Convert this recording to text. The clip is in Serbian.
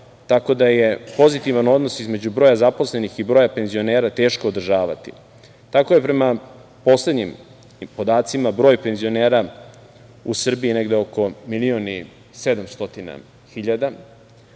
tako da je pozitivan odnos između broja zaposlenih i broja penzionera teško održavati. Prema poslednjih podacima broj penzionera u Srbiji je negde oko milion